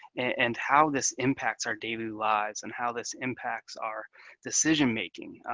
and how this impacts our daily lives, and how this impacts our decision making,